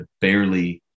barely